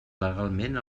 legalment